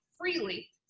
freely